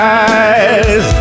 eyes